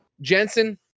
Jensen